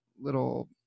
little